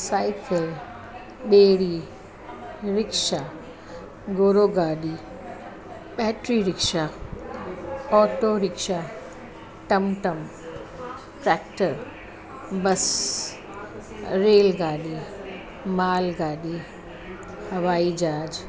cycle बेड़ी रिक्शा घोड़ो गाॾी बैटरी रिक्शा ऑटो रिक्शा टमटम टैक्टर बस रेल गाॾी मालगाॾी हवाई जहाज